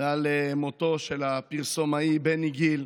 ועל מותו של הפרסומאי בני גיל,